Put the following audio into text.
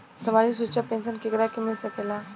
सामाजिक सुरक्षा पेंसन केकरा के मिल सकेला?